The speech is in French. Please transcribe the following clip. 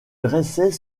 dressait